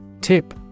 Tip